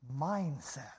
Mindset